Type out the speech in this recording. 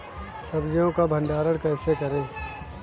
सब्जियों का भंडारण कैसे करें?